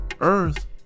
Earth